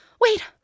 wait